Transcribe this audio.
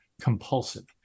compulsive